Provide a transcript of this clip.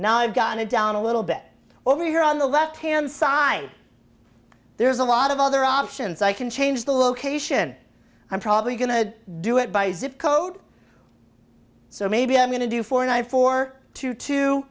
now i've got it down a little bit over here on the left hand side there's a lot of other options i can change the location i'm probably going to do it by zip code so maybe i'm going to do for an eye for two two